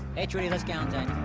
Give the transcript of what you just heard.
hey, trudy, les galantine.